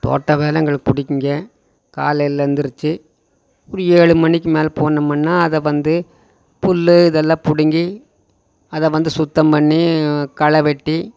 தோட்ட வேலை எங்களுக்கு பிடிக்குங்க காலையில் எழுந்திரிச்சி ஒரு ஏழு மணிக்கு மேலே போனோம்னா அதை வந்து புல் இதெல்லாம் பிடுங்கி அதை வந்து சுத்தம் பண்ணி களை வெட்டி